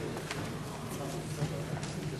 9) (ערר שני ברשות והארכת מעצר או חידושו),